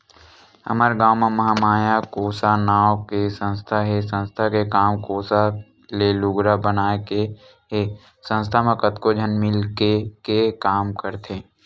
हमर गाँव म महामाया कोसा नांव के संस्था हे संस्था के काम कोसा ले लुगरा बनाए के हे संस्था म कतको झन मिलके के काम करथे